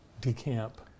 decamp